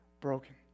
broken